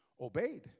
obeyed